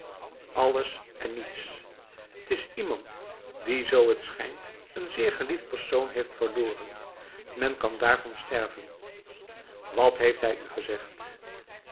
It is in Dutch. alles en niets t is iemand die zoo t schijnt een zeer geliefd persoon heeft verloren men kan daarvan sterven wat heeft hij u gezegd